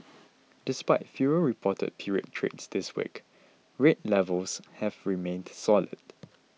despite fewer reported period trades this week rate levels have remained solid